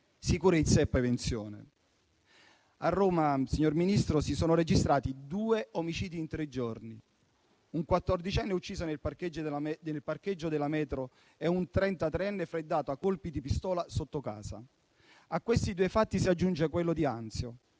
sicurezza e prevenzione. A Roma, signor Ministro, si sono registrati due omicidi in tre giorni: un quattordicenne è stato ucciso nel parcheggio della metro e un trentatreenne è stato freddato a colpi di pistola sotto casa. A questi due fatti si aggiunge quello di Anzio,